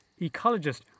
ecologist